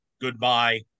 Goodbye